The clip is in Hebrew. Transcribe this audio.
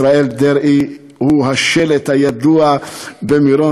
ישראל דרעי הוא השלט הידוע במירון,